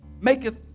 maketh